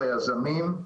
היזמים.